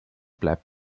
bleibt